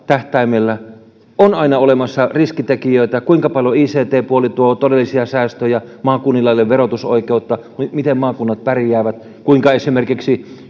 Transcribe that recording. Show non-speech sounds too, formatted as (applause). tähtäimellä on aina olemassa riskitekijöitä kuinka paljon ict puoli tuo todellisia säästöjä maakunnilla ei ole verotusoikeutta miten maakunnat pärjäävät kuinka esimerkiksi (unintelligible)